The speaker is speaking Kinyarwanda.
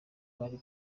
bari